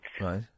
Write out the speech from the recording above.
Right